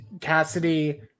Cassidy